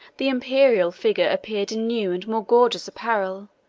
the imperial figure appeared in new and more gorgeous apparel,